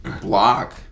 block